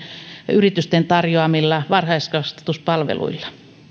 yritysten tarjoamilla varhaiskasvatuspalveluilla